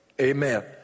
Amen